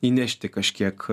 įnešti kažkiek